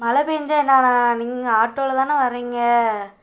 மழை பேஞ்சால் என்னண்ணா நீங்கள் ஆட்டோவில தானே வாரீங்க